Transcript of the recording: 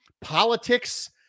politics